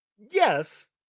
Yes